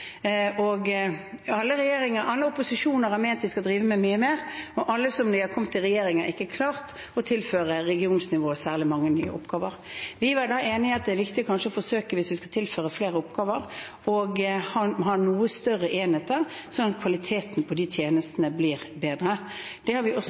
Alle i opposisjon har ment de skal drive med mye mer, og ingen – når de har kommet i regjering – har klart å tilføre regionsnivået særlig mange nye oppgaver. Vi var da enige om at det var viktig kanskje å forsøke – hvis vi skal tilføre flere oppgaver – å ha noe større enheter, sånn at kvaliteten på tjenestene ble bedre. Vi har også